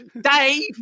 Dave